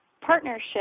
partnership